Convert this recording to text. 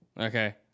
Okay